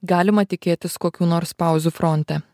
galima tikėtis kokių nors pauzių fronte